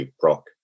Brock